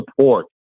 support